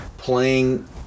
playing